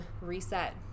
reset